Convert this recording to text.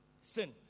sin